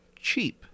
cheap